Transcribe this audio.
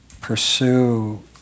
pursue